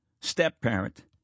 step-parent